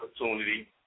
opportunity